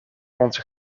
onze